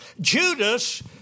Judas